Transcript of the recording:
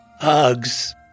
Hugs